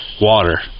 water